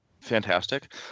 Fantastic